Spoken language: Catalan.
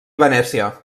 venècia